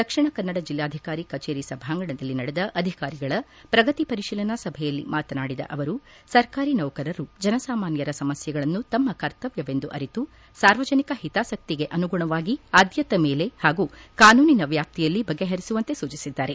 ದಕ್ಷಿಣ ಕನ್ನಡ ಜಿಲ್ಲಾಧಿಕಾರಿ ಕಚೇರಿ ಸಭಾಂಗಣದಲ್ಲಿ ನಡೆದ ಅಧಿಕಾರಿಗಳ ಪ್ರಗತಿ ಪರಿಶೀಲನಾ ಸಭೆಯಲ್ಲಿ ಮಾತನಾಡಿದ ಅವರು ಸರ್ಕಾರಿ ನೌಕಕರು ಜನ ಸಾಮಾನ್ಯರ ಸಮಸ್ಯೆಗಳನ್ನು ತಮ್ಮ ಕರ್ತವ್ಯವೆಂದು ಅರಿತು ಸಾರ್ವಜನಿಕ ಹಿತಾಸಕ್ತಿಗೆ ಅನುಗುಣವಾಗಿ ಆದ್ಯತೆ ಮೇಲೆ ಹಾಗೂ ಕಾನೂನಿನ ವ್ಯಾಪ್ತಿಯಲ್ಲಿ ಬಗೆಹರಿಸುವಂತೆ ಸೂಚಿಸಿದ್ದಾರೆ